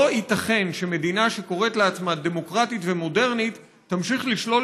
לא ייתכן שמדינה שקוראת לעצמה דמוקרטית ומודרנית תמשיך לשלול